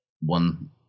one